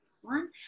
one